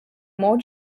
more